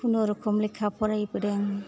खुनुरुखुम लेखा फरायबोदों